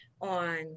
on